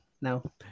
now